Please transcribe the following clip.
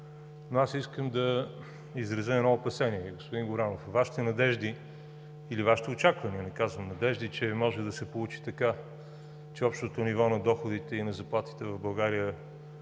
Но аз искам да изразя едно опасение. Господин Горанов, Вашите очаквания, че може да се получи така, че общото ниво на доходите и заплатите в България